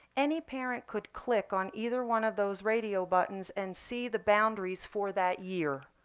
any parent could click on either one of those radio buttons and see the boundaries for that year.